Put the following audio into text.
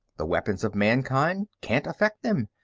the weapons of mankind can't affect them.